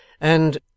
And